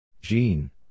Jean